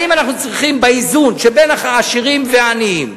אנחנו צריכים באיזון שבין העשירים והעניים,